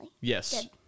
Yes